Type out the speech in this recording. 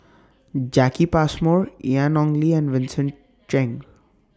Jacki Passmore Ian Ong Li and Vincent Cheng